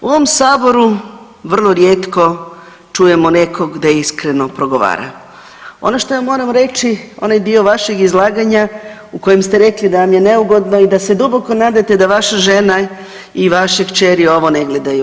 U ovom saboru vrlo rijetko čujemo nekog da iskreno progovara, ono što ja moram reći onaj dio vašeg izlaganja u kojem ste rekli da vam je neugodno i da se duboko nadate da vaša žena i vaše kćeri ovo ne gledaju.